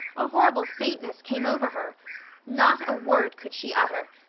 a horrible faintness came over her not a word could she utter,